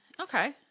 Okay